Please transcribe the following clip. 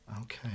Okay